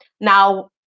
now